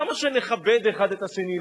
למה נכבד אחד את השני?